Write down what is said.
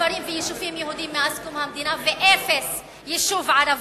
כפרים ויישובים יהודיים מאז קום המדינה ואפס יישוב ערבי.